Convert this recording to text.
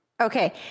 okay